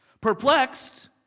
Perplexed